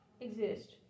exist